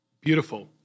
Beautiful